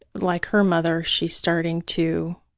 like her mother, she's starting to